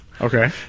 Okay